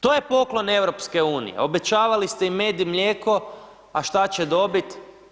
To je poklon EU, obećavali ste im med i mlijeko, a što će dobit?